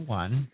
one